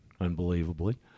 unbelievably